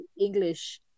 English